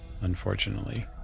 unfortunately